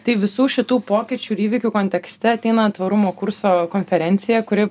tai visų šitų pokyčių ir įvykių kontekste ateina tvarumo kurso konferencija kuri